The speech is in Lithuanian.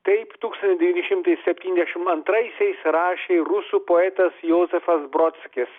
kaip tūkstantis devyni šimtas septyniasdešimt antraisiais rašė rusų poetas josifas brodskis